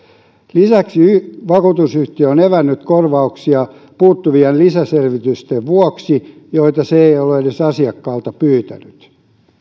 lisäksi vakuutusyhtiö on evännyt korvauksia puuttuvien lisäselvitysten vuoksi joita se ei ole edes asiakkaalta pyytänyt